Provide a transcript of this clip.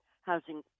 housing